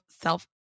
self